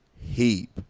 heap